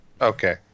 okay